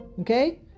Okay